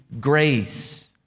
grace